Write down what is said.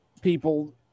people